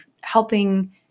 helping